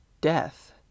death